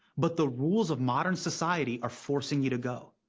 but the rules of modern society are forcing you to go.